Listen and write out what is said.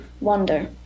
wonder